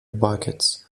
buckets